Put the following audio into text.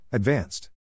Advanced